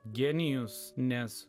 genijus nes